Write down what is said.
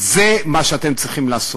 זה מה שאתם צריכים לעשות.